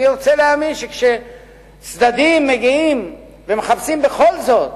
אני רוצה להאמין שכשצדדים מגיעים ומחפשים בכל זאת